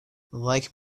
like